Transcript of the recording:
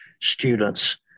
students